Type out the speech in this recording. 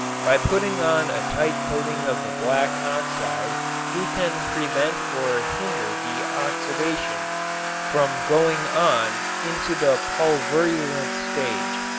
by putting on a tight coating of the black oxide we can prevent or hinder the oxidation from going on into the pulverulent stage.